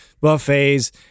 buffets